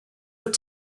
were